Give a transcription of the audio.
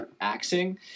axing